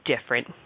different